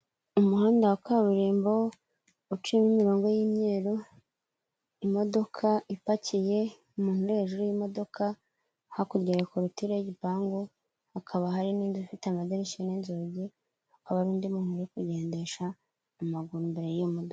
Umuhanda wa kaburimbo uciyemo imirongo y'imyeru, imodoka ipakiye, umuntu uri hejuru y'imodoka, hakurya ya korotire y'igipangu hakaba hari n'indi ifite amadirishya n'inzugi hakaba hari undi muntu uri kugendesha amaguru imbere y'imodoka.